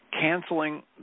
canceling